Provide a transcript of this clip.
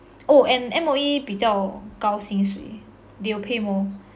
oh and M_O_E 比较高薪水 they will pay more